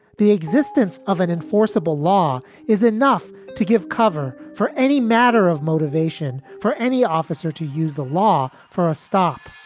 the existence of an enforceable law is enough to give cover for any matter of motivation for any officer to use the law for a stop.